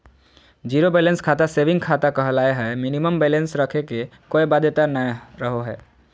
zero balance खाता saving खाता कहलावय हय मिनिमम बैलेंस रखे के कोय बाध्यता नय रहो हय